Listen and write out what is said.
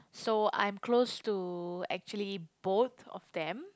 so I'm close to actually both of them